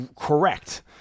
correct